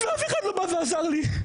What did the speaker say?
אף אחד לא בא ועזר לי.